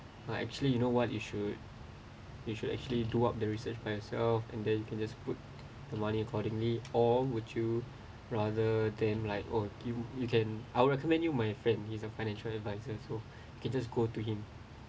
like actually you know what you should you should actually do up the research by yourself and then you can just put the money accordingly or would you rather than like oh you you can I would recommend you my friend he's a financial advisers so can just go to him